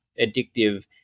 addictive